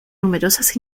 numerosas